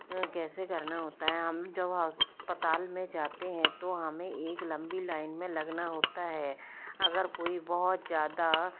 कैसे करना होता है हम जब अस्पताल में जाते है तो हमें एक लंबी लाइन में लगना होता है अगर कोई बहुत ज़्यादा